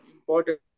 important